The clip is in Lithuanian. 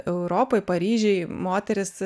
europoj paryžiuj moterys